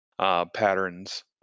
Patterns